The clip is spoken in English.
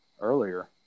earlier